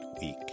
week